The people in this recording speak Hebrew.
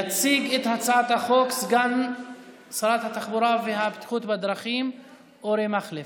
יציג את הצעת החוק סגן שרת התחבורה והבטיחות בדרכים אורי מקלב.